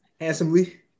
Handsomely